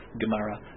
Gemara